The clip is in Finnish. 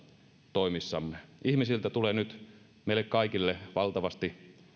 toimissamme ihmisiltä tulee nyt meille kaikille valtavasti